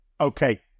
Okay